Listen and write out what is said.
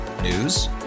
News